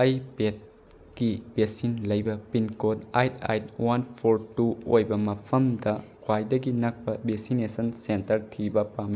ꯑꯩ ꯄꯦꯠꯀꯤ ꯕꯦꯛꯁꯤꯟ ꯂꯩꯕ pin code eight eight one four two ꯑꯣꯏꯕ ꯃꯐꯝꯗ ꯈ꯭ꯋꯥꯏꯗꯒꯤ ꯅꯛꯄ ꯕꯦꯛꯁꯤꯅꯦꯁꯟ ꯁꯦꯟꯇꯔ ꯊꯤꯕ